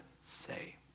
say